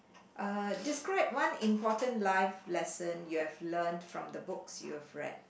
uh describe one important life lesson you have learnt from the books you have read